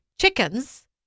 chickens